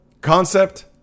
concept